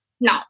No